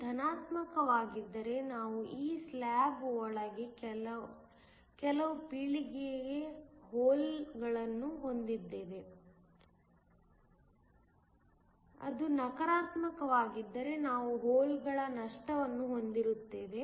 ಇದು ಧನಾತ್ಮಕವಾಗಿದ್ದರೆ ನಾವು ಈ ಸ್ಲಾಬ್ ಒಳಗೆ ಕೆಲವು ಪೀಳಿಗೆಯ ಹೋಲ್ಗಳನ್ನು ಹೊಂದಿದ್ದೇವೆ ಅದು ನಕಾರಾತ್ಮಕವಾಗಿದ್ದರೆ ನಾವು ಹೋಲ್ಗಳ ನಷ್ಟವನ್ನು ಹೊಂದಿರುತ್ತೇವೆ